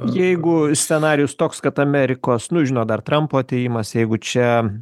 jeigu scenarijus toks kad amerikos nu žinot dar trampo atėjimas jeigu čia